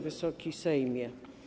Wysoki Sejmie!